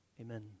Amen